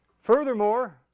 Furthermore